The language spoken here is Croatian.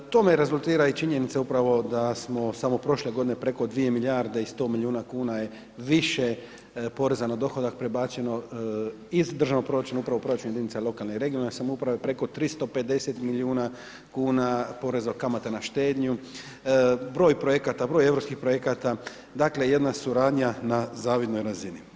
Tome rezultira i činjenica upravo da smo samo prošle godine preko dvije milijarde i 100 milijuna kuna je više poreza na dohodak prebačeno iz državnog proračuna upravo u proračun jedinica lokalne i regionalne samouprave, preko 350 milijuna kuna poreza, kamata na štednju, broj projekata, broj europskih projekata, dakle, jedna suradnja na zavidnoj razini.